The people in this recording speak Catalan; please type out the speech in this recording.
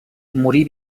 morí